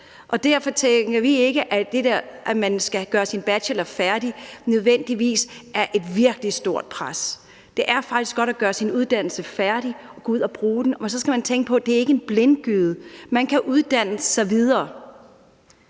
det der med, at man skal gøre sin bachelor færdig, nødvendigvis er et virkelig stort pres. Det er faktisk godt at gøre sin uddannelse færdig og gå ud at bruge den. Men så skal man tænke på, at det ikke er en blindgyde; man kan uddanne sig videre.